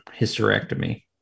hysterectomy